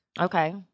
Okay